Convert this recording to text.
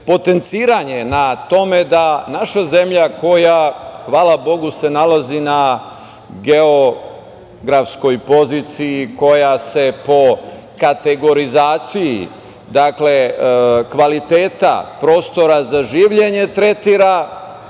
potenciranje na tome da naša zemlja, koja se hvala Bogu nalazi na geografskoj poziciji koja se po kategorizaciji kvaliteta prostora za življenje tretira